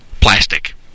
plastic